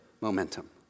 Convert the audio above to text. momentum